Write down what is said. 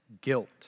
guilt